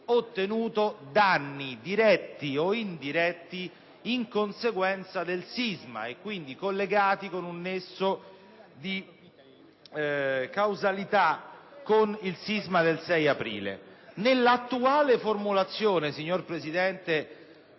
subito danni, diretti o indiretti, in conseguenza del sisma, quindi collegati con un nesso di causalità con l'evento sismico del 6 aprile. Nell'attuale formulazione, signor Presidente,